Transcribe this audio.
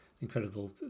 incredible